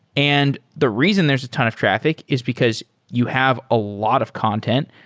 and the reason there's a ton of traffic is because you have a lot of content.